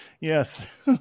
Yes